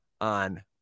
on